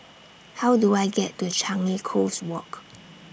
How Do I get to Changi Coast Walk